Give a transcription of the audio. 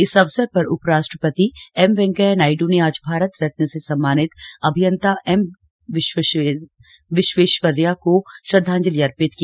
इस अवसर पर उपराष्ट्रपति एम वेकैंया नायडू ने आज भारत रत्न से सम्मानित अभियंता एम विश्वेश्वरैया को श्रद्वांजलि अर्पित की